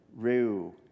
Reu